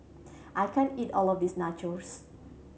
I can't eat all of this Nachos